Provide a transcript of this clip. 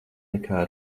nekā